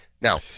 Now